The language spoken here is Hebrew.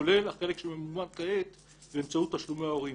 כולל החלק שממומן כעת באמצעות תשלומי ההורים.